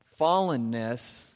fallenness